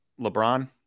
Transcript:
LeBron